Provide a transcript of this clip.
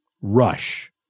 Rush